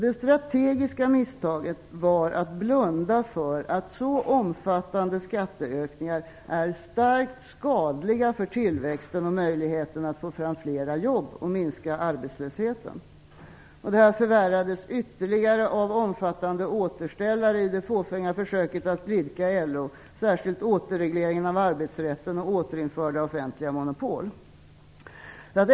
Det strategiska misstaget var att blunda för att så omfattande skatteökningar är starkt skadliga för tillväxten och för möjligheten att få fram flera jobb och minska arbetslösheten. Det förvärrades ytterligare av omfattande återställare i det fåfänga försöket att blidka LO, särskilt återregleringen av arbetsrätten och återinförda offentliga monopol.